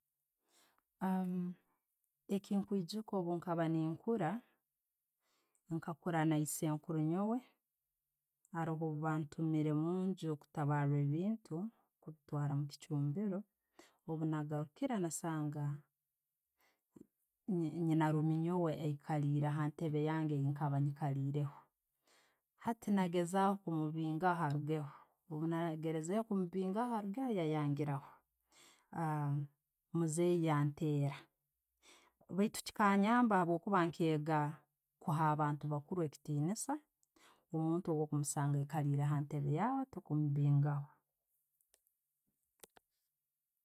Echenkwiijuka obukaba nenkuura, nkakuura na issenkuru nyowe, aroho bwe bantumiire munju kutabara ebiintu, mbitwara omukichumbiiro. Obwenagarukiire, n kasanga, nyiinaruminyoowe aikairile hantebe yange gyekaba nikalileho, hati nagezaho kumibingaho arugeho, bwenageerezeho kumubingaho harugaho yayangiiraho. Muzeeyi yanteera baitu chikanyamba habwokba nkega kuhaa abantu abakuru ekitiniisa. Omuntu bwo kumusanga ayiikalile muntebe yaawe, tokumubingaho.